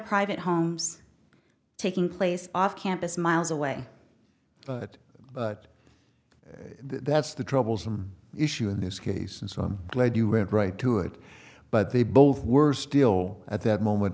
private homes taking place off campus miles away but that's the troublesome issue in this case and so i'm glad you went right to it but they both were still at that moment